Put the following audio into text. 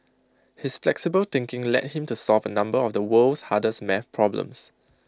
his flexible thinking led him to solve A number of the world's hardest math problems